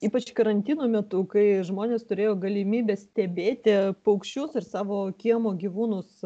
ypač karantino metu kai žmonės turėjo galimybę stebėti paukščius ir savo kiemo gyvūnus